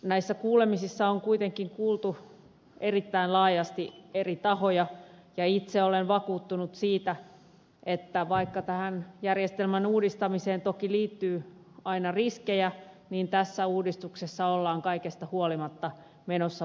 näissä kuulemisissa on kuitenkin kuultu erittäin laajasti eri tahoja ja itse olen vakuuttunut siitä että vaikka tähän järjestelmän uudistamiseen toki liittyy aina riskejä tässä uudistuksessa ollaan kaikesta huolimatta menossa parempaan suuntaan